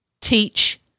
teach